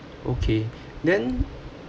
okay then